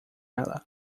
ela